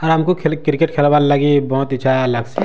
ଆଉ ଆମକୁ ଖେଲ୍ କ୍ରିକେଟ୍ ଖେଲବାର୍ ଲାଗି ବହୁତ ଇଚ୍ଛା ଲାଗ୍ସି